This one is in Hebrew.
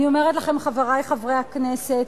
אני אומרת לכם, חברי חברי הכנסת,